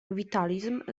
witalizm